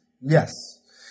Yes